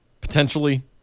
potentially